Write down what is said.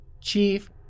Chief